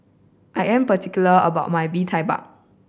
I am particular about my Bee Tai Mak